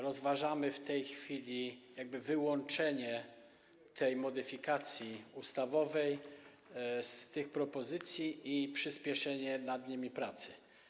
Rozważamy w tej chwili wyłączenie tej modyfikacji ustawowej z tych propozycji i przyspieszenie nam nimi pracy.